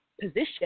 position